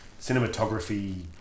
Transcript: Cinematography